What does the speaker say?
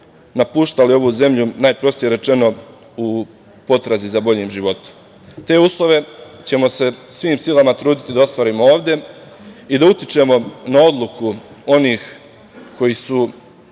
napuštali ovu zemlju najprostije rečeno u potrazi za boljim životom. Te uslove ćemo se svim silama truditi da ostvarimo ovde i da utičemo na odluku onih koji su